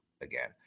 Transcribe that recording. again